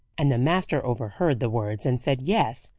and the master overheard the words, and said, yes,